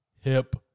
hip